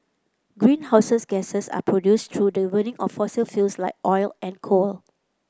greenhouses gases are produced through the burning of fossil fuels like oil and coal